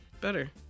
better